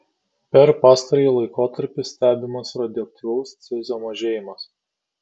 per pastarąjį laikotarpį stebimas radioaktyvaus cezio mažėjimas